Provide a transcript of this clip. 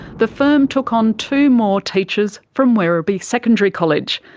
the firm took on two more teachers from werribee secondary college.